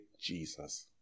Jesus